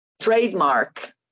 trademark